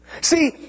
See